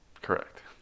Correct